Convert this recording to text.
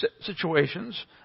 situations